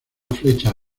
flecha